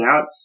out